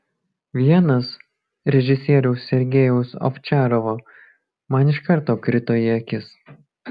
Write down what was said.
vienas režisieriaus sergejaus ovčarovo man iš karto krito į akis